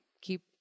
Keep